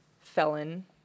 felon